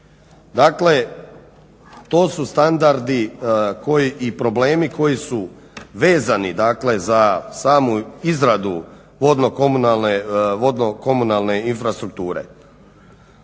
Dakle, to su standardi i problemi koji su vezani, dakle za samu izradu vodno-komunalne infrastrukture.